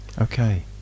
Okay